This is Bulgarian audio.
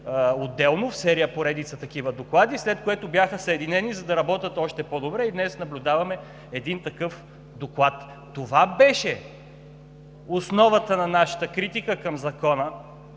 отделно в серия поредица такива доклади, след което бяха съединени, за да работят още по-добре и днес наблюдаваме един такъв доклад. Това беше основата на нашата критика към Закона